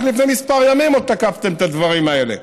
רק לפני כמה ימים עוד תקפתם את הדברים האלה.